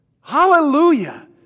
Hallelujah